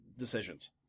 decisions